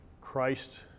christ